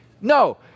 No